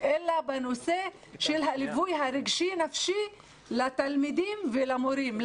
אלא בנושא של הליווי הרגשי-נפשי לתלמידים ולמורים.